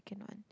second one